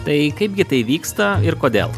tai kaipgi tai vyksta ir kodėl